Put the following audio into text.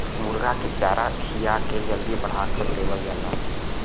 मुरगा के चारा खिया के जल्दी बड़ा कर देवल जाला